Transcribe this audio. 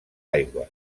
aigües